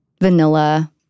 vanilla